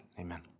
amen